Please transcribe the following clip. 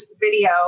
video